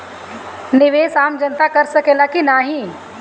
निवेस आम जनता कर सकेला की नाहीं?